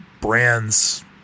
brands